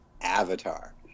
Avatar